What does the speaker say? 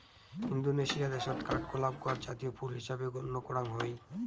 Indonesia দ্যাশত কাঠগোলাপ গছ জাতীয় ফুল হিসাবে গইণ্য করাং হই